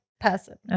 person